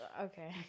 Okay